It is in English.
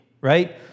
right